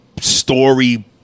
story